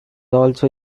also